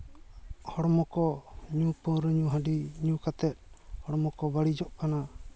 ᱦᱚᱲᱢᱚ ᱠᱚ ᱧᱩ ᱯᱟᱹᱣᱨᱟᱹ ᱧᱩ ᱦᱟᱺᱰᱤ ᱠᱟᱛᱮ ᱦᱚᱲᱢᱚ ᱠᱚ ᱵᱟᱹᱲᱤᱡᱚᱜ ᱠᱟᱱᱟ